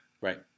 right